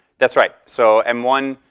that's right. so m one,